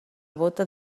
bóta